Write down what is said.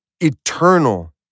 eternal